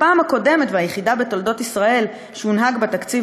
הפעם הקודמת והיחידה בתולדות ישראל שהונהג בה תקציב